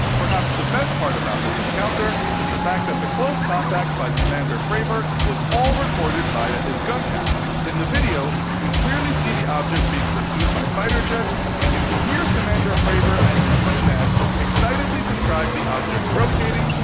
perhaps the best part about this encounter is the fact that the close contact by commander fravor was all recorded via his gun camera. in the video, you can clearly see the object being pursued by the fighter jets, and you can hear commander fravor and his wingman excitedly describe the object rotating,